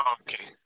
Okay